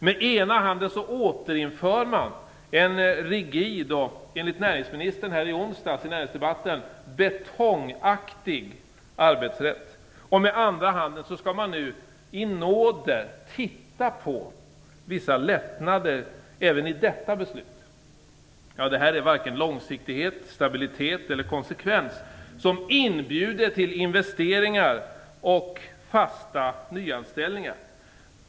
Med ena handen återinför man en rigid och, enligt näringsministern i onsdagens näringspolitiska debatt, betongaktig arbetsrätt; med andra handen skall man nu i nåder titta på vissa lättnader även i detta beslut. Detta är varken någon långsiktighet, stabilitet eller konsekvens som inbjuder till investeringar och fasta nyanställningar.